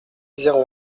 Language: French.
zéro